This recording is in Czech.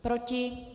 Proti?